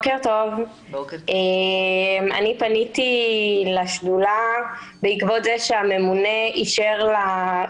אני פניתי לשדולה בעקבות זה שהממונה אישר אחרי